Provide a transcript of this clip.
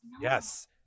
Yes